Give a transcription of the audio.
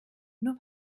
nur